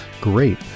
Great